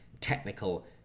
technical